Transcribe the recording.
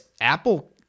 Apple